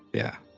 yeah.